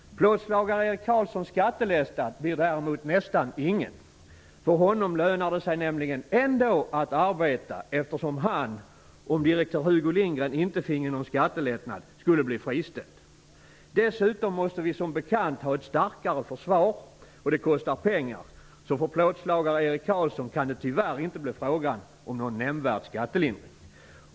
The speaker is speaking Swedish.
Plåtslagare Erik Karlssons skattelättnad blir däremot nästan ingen. För honom lönar det sej nämligen ändå att arbeta, eftersom han, om direktör Hugo Lindgren inte finge någon skattelättnad, skulle bli friställd. Dessutom måste vi som bekant ha ett starkare försvar, och det kostar pengar, så för plåtslagare Erik Karlsson kan det tyvärr inte bli fråga om någon nämnvärd skattelindring.